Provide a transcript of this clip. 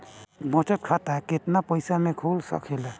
बचत खाता केतना पइसा मे खुल सकेला?